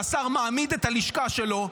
השר מעמיד את הלשכה שלו,